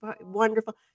wonderful